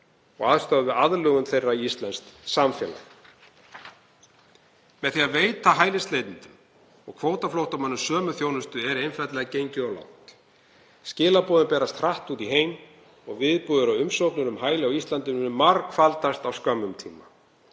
og aðstoða við aðlögun þeirra að íslensku samfélagi. Með því að veita hælisleitendum og kvótaflóttamönnum sömu þjónustu er einfaldlega gengið of langt. Skilaboðin berast hratt út í heim og viðbúið er að umsóknir um hæli á Íslandi munu margfaldast á skömmum tíma